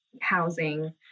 housing